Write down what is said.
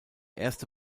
erste